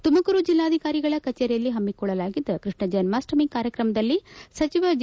ತುಮಕೂರು ಜೆಲ್ಲಾಧಿಕಾರಿಗಳ ಕಚೇರಿಯಲ್ಲಿ ಪಮ್ಮಿಕೊಳ್ಳಲಾಗಿದ್ದ ಕೃಷ್ಣ ಜನ್ಮಾಷ್ಣಮಿ ಕಾರ್ಯಕ್ರಮದಲ್ಲಿ ಸಚಿವ ಜೆ